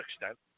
extent